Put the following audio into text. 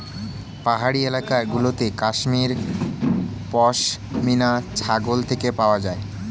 পাহাড়ি এলাকা গুলোতে কাশ্মীর পশমিনা ছাগল থেকে পাওয়া যায়